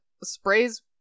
sprays